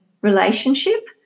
relationship